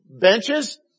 benches